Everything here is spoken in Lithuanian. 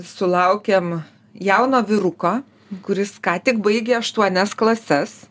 sulaukiam jauno vyruko kuris ką tik baigė aštuonias klases